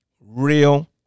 Real